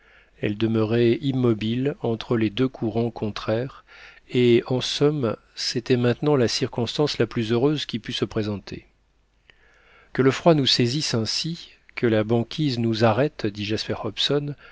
elle demeurait immobile entre les deux courants contraires et en somme c'était maintenant la circonstance la plus heureuse qui pût se présenter que le froid nous saisisse ainsi que la banquise nous arrête